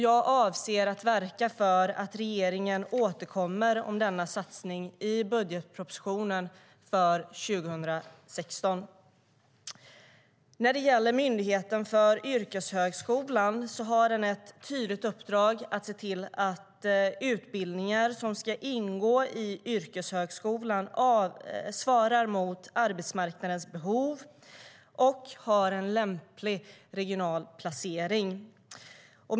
Jag avser att verka för att regeringen återkommer om denna satsning i budgetpropositionen för 2016.Myndigheten för yrkeshögskolan har ett tydligt uppdrag att se till att utbildningar som ska ingå i yrkeshögskolan svarar mot arbetsmarknadens behov och har en lämplig regional placering.